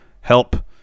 help